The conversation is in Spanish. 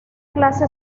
clase